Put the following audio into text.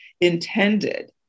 intended